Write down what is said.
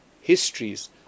histories